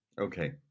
Okay